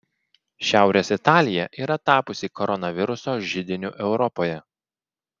šiaurės italija yra tapusi koronaviruso židiniu europoje